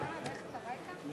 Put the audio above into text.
אפשר ללכת הביתה?